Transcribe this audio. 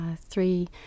three